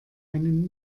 einen